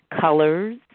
colors